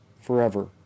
forever